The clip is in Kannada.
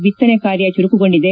ಬಿತ್ತನೆ ಕಾರ್ಯ ಚುರುಕುಗೊಂಡಿದೆ